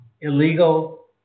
illegal